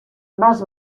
más